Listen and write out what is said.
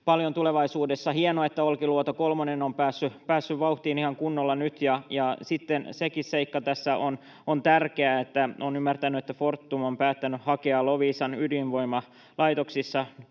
paljon tulevaisuudessa. Hienoa, että Olkiluoto kolmonen on päässyt vauhtiin ihan kunnolla nyt, ja sitten sekin seikka tässä on tärkeä, olen ymmärtänyt, että Fortum on päättänyt hakea Loviisan ydinvoimalaitoksissa